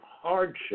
hardship